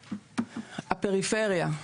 הפריפריה.